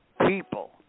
people